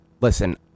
Listen